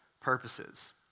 purposes